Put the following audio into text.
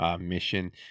mission